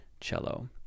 cello